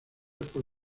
por